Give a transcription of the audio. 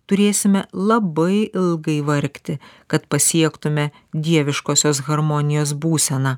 turėsime labai ilgai vargti kad pasiektume dieviškosios harmonijos būseną